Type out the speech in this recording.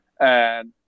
And-